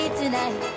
tonight